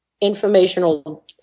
informational